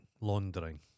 laundering